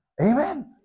Amen